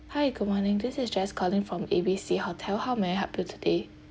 hi good morning this is jess calling from A B C hotel how may I help you today